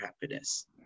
happiness